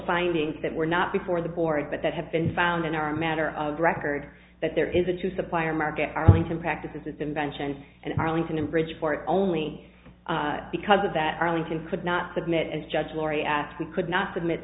findings that were not before the board but that have been found and are a matter of record that there is a true supplier market arlington practices of invention and arlington and bridgeport only because of that arlington could not submit and judge laurie and could not submit